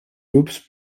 grups